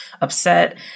upset